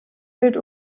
bild